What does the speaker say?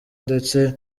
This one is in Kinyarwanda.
ndetse